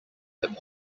hip